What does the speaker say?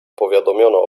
powiadomiono